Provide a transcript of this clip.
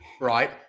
right